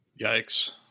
Yikes